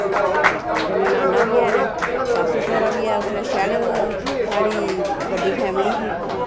ते ननानां बी हैन नै सस्स सौह्रा बी ऐ इसलै शैल साढ़ी बड्डी फैमली ही